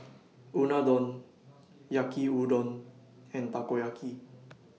Unadon Yaki Udon and Takoyaki